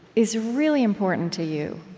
is really important to you.